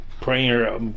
prayer